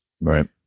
Right